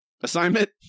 assignment